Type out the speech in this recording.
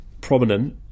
Prominent